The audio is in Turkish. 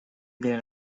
gelen